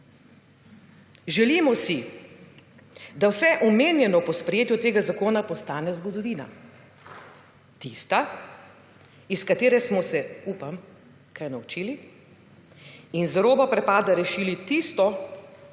Želimo si, da vse omenjeno po sprejetju tega zakona postane zgodovina, tista, iz katere smo se, upam, kaj naučili in z roba prepada rešili tisto,